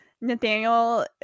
Nathaniel